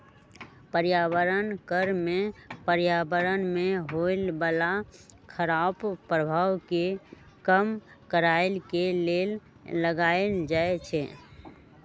पर्यावरण कर में पर्यावरण में होय बला खराप प्रभाव के कम करए के लेल लगाएल जाइ छइ